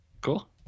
Cool